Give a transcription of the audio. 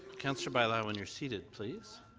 councillor bailao when you're seated, please.